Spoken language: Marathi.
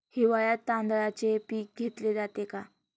हिवाळ्यात तांदळाचे पीक घेतले जाते का?